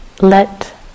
let